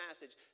passage